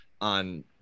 on